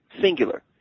singular